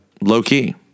low-key